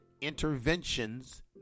interventions